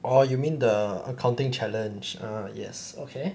oh you mean the accounting challenge ah yes okay